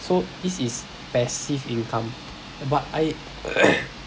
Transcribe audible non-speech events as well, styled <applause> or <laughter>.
so this is passive income but I <coughs>